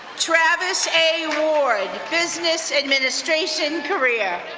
travis a. ward, business administration career.